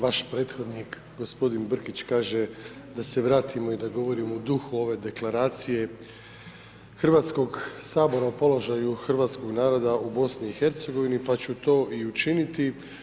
Vaš prethodnik gospodin Brkić kaže da se vratimo i da govorimo u duhu ove Deklaracije Hrvatskog sabora o položaju Hrvatskog naroda u BiH pa ću to i učiniti.